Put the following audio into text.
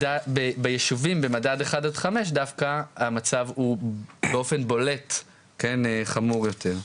ביישובים במדד אחד עד חמש דווקא המצב הוא באופן בולט חמור יותר.